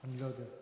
אני לא יודע.